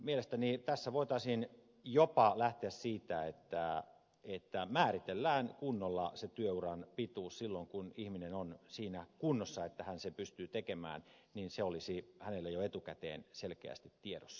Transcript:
mielestäni tässä voitaisiin jopa lähteä siitä että määritellään kunnolla se työuran pituus silloin kun ihminen on siinä kunnossa että hän sen pystyy tekemään niin se olisi hänellä jo etukäteen selkeästi tiedossa